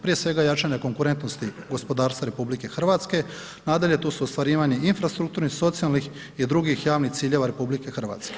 Prije svega jačanje konkurentnosti gospodarstva RH, nadalje, tu su ostvarivanje infrastrukturnih, socijalnih i drugih javnih ciljeva RH.